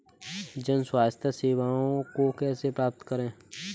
जन स्वास्थ्य सेवाओं को कैसे प्राप्त करें?